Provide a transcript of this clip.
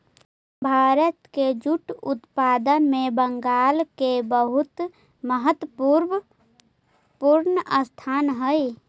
भारत के जूट उत्पादन में बंगाल के बहुत महत्त्वपूर्ण स्थान हई